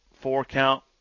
four-count